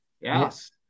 Yes